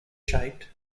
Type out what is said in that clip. shaped